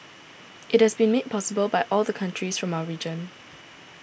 it has been made possible by all the countries from our region